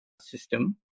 system